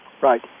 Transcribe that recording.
Right